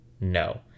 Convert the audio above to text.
No